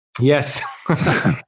Yes